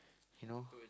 you know